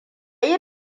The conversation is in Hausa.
yi